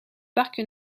parc